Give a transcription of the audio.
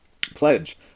pledge